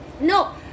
No